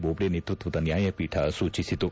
ಮೋಬ್ವೆ ನೇತೃತ್ವದ ನ್ಯಾಯಪೀಠ ಸೂಚಿಸಿತು